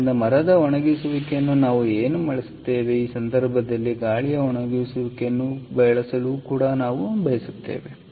ಆದ್ದರಿಂದ ಮರದ ಒಣಗಿಸುವಿಕೆಯನ್ನು ನಾವು ಏನು ಬಳಸುತ್ತೇವೆ ಈ ಸಂದರ್ಭದಲ್ಲಿ ಗಾಳಿಯ ಒಣಗಿಸುವಿಕೆಯನ್ನು ಬಳಸಲು ನಾವು ಬಯಸುತ್ತೇವೆ